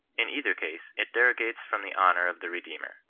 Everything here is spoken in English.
in either case it derogates from the honour of the redeemer.